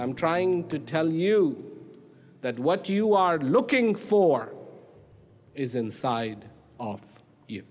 i'm trying to tell you that what you are looking for is inside of you